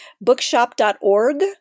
bookshop.org